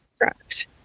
Correct